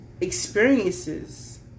experiences